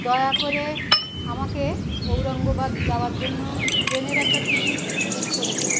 দয়া করে আমাকে ঔরঙ্গাবাদ যাওয়ার জন্য ট্রেনের একটা টিকিট বুক করে দাও